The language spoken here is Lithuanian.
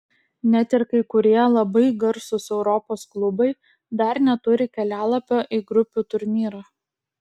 net ir kai kurie labai garsūs europos klubai dar neturi kelialapio į grupių turnyrą